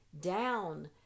down